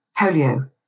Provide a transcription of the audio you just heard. polio